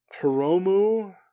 Hiromu